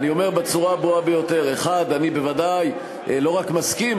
אני אומר בצורה הברורה ביותר: אני בוודאי לא רק מסכים,